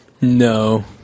No